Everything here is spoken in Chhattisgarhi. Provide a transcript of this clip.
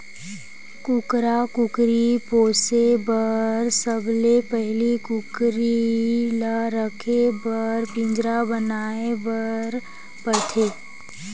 कुकरा कुकरी पोसे बर सबले पहिली कुकरी ल राखे बर पिंजरा बनाए बर परथे